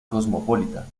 cosmopolita